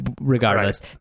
regardless